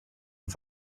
und